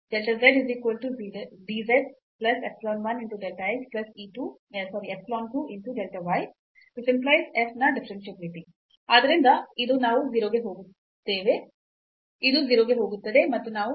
ನ ಡಿಫರೆನ್ಷಿಯಾಬಿಲಿಟಿ ಆದ್ದರಿಂದ ಇದು ನಾವು 0 ಕ್ಕೆ ಹೋಗುತ್ತೇವೆ ಇದು 0 ಕ್ಕೆ ಹೋಗುತ್ತದೆ